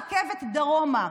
עצרתם את תכנון הרכבת דרומה,